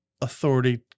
authority